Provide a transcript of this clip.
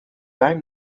i’m